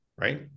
right